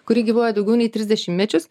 kuri gyvuoja daugiau nei tris dešimtmečius